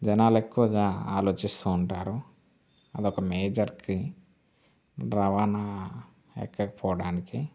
జనాలు ఎక్కువగా ఆలోచిస్తూ ఉంటారు అదొక మేజర్ థింగ్ రవాణా ఎక్కకపోడానికి